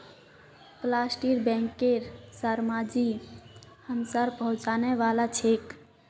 postal बैंकेर शर्माजी हमसार पहचान वाला छिके